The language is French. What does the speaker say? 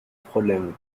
problème